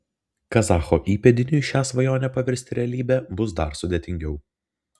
kazacho įpėdiniui šią svajonę paversti realybe bus dar sudėtingiau